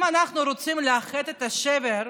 אם אנחנו רוצים לאחות את השבר,